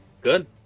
Good